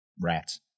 rats